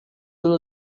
will